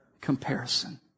comparison